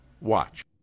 Watch